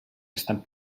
estan